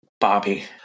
Bobby